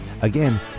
Again